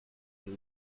huge